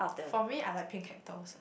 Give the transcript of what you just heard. for me I like pink cactus ah